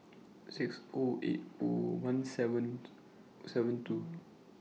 six O eight O one seven seven two